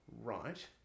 right